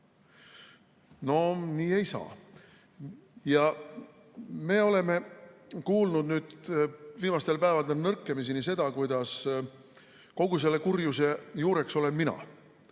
No nii ei saa! Me oleme kuulnud viimastel päevadel nõrkemiseni seda, kuidas kogu selle kurjuse juureks olen mina: